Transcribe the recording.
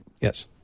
Yes